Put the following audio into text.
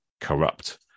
corrupt